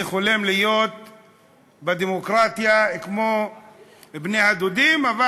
אני חולם כמו בני-הדודים להיות